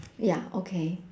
ya okay